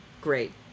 Great